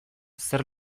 zer